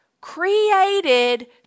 created